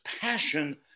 passion